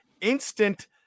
Instant